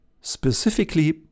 specifically